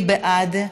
מי בעד?